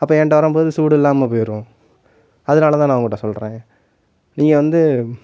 அப்போ என்ட்ட வரும் போது சூடு இல்லாமல் போயிடும் அதனால் தான் நான் உங்ககிட்ட சொல்கிறேன் நீங்கள் வந்து